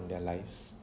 on their lives